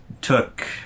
took